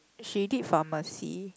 she did pharmacy